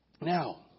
Now